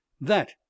That